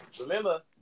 remember